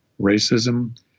Racism